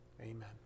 Amen